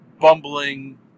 bumbling